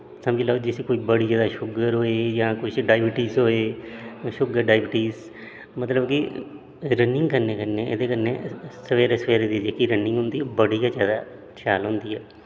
समझी लेऔ जिसी कोई बड़ी ज्यादा शुगर होऐ जां कुछ डाइविटिज होए शुगर डाइबिटिज मतलब कि रनिंग करने कन्नै एहदे कन्नै सवेरे सवेरे दी जेहकी रनिंग होंदी बड़ी गै ज्यादा शैल होंदी ऐ